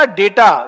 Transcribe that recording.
data